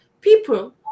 people